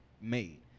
made